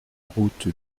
route